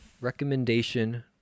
recommendation